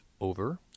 over